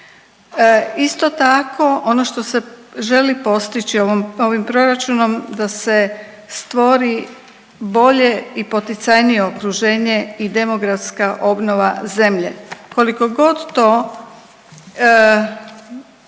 Isto tako ono što se želi postići ovim proračunom da se stvori bolje i poticajnije okruženje i demografska obnova zemlje kolikogod to